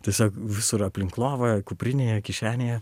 tiesiog visur aplink lovą kuprinėje kišenėje